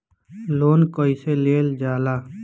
Loan कईसे लेल जाला?